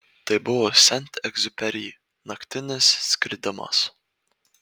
tai buvo sent egziuperi naktinis skridimas